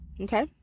Okay